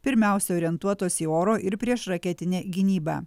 pirmiausiai orientuotos į oro ir priešraketinę gynybą